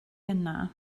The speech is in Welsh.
yno